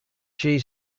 she